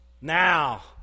now